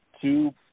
two